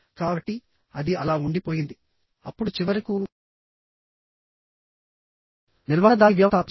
కాబట్టి అది అలా ఉండిపోయింది అప్పుడు చివరకు నిర్వహణ దానిని వ్యవస్థాపించింది